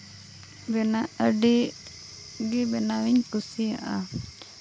ᱵᱮᱱᱟᱜ ᱟᱹᱰᱤ ᱜᱮ ᱵᱮᱱᱟᱣ ᱤᱧ ᱠᱩᱥᱤᱭᱟᱜᱼᱟ